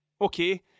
okay